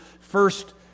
first